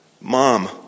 mom